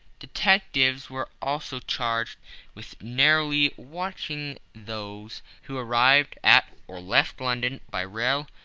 detectives were also charged with narrowly watching those who arrived at or left london by rail,